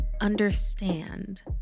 understand